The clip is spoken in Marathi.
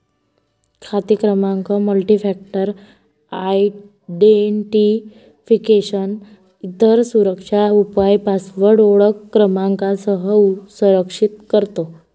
खाते क्रमांक मल्टीफॅक्टर आयडेंटिफिकेशन, इतर सुरक्षा उपाय पासवर्ड ओळख क्रमांकासह संरक्षित करतो